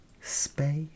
space